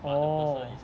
orh